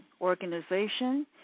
organization